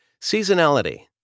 Seasonality